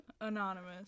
Anonymous